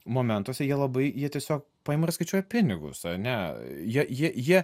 momentuose jie labai jie tiesiog paima ir skaičiuoja pinigus ar ne jie jie jie